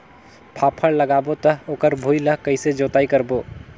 फाफण लगाबो ता ओकर भुईं ला कइसे जोताई करबो?